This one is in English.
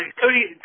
Cody